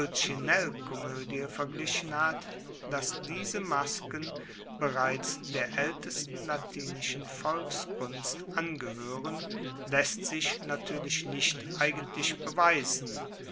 verglichen hat dass diese masken bereits der aeltesten latinischen volkskunst angehoeren laesst sich natuerlich nicht eigentlich beweisen